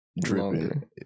dripping